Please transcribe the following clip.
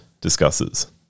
discusses